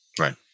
right